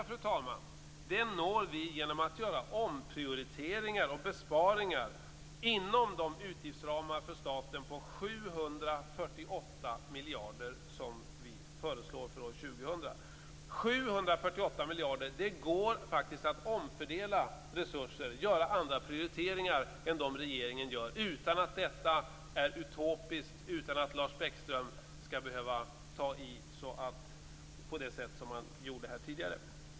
Fru talman! Detta når vi genom att göra omprioriteringar och besparingar inom de utgiftsramar för staten på 748 miljarder som vi föreslår för år 2000. Inom 748 miljarder går det faktiskt att omfördela resurser och göra andra prioriteringar än de regeringen gör utan att detta är utopiskt och utan att Lars Bäckström skall behöva ta i på det sätt som han gjorde här tidigare.